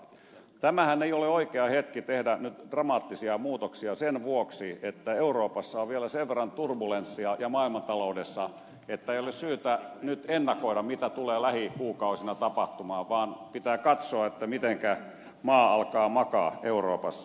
tämähän ei ole oikea hetki tehdä nyt dramaattisia muutoksia sen vuoksi että euroopassa on vielä sen verran turbulenssia ja maailmantaloudessa että ei ole syytä nyt ennakoida mitä tulee lähikuukausina tapahtumaan vaan pitää katsoa mitenkä maa alkaa makaa euroopassa